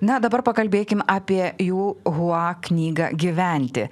na dabar pakalbėkim apie jų hua knygą gyventi